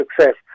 success